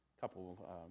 couple